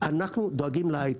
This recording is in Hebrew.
"אנחנו דואגים להייטק",